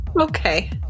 Okay